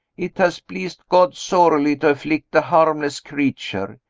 it has pleased god sorely to afflict a harmless creature.